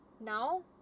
now